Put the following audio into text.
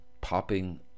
popping